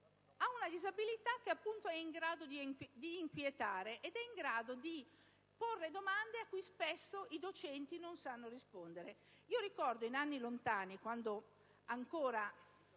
Ha una disabilità che è in grado di inquietare e di porre domande cui spesso i docenti non sanno rispondere. Ricordo in anni lontani, quando ancora